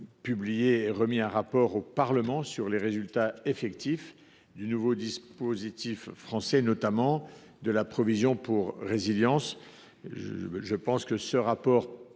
en 2025, un rapport au Parlement sur les résultats effectifs du nouveau dispositif français, notamment de la provision pour résilience. Je pense que ce rapport